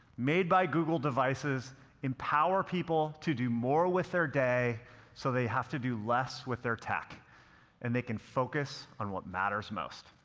made by google devices empower people to do more with their day so they have to do less with their tech and they can focus on what matters most.